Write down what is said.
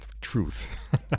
truth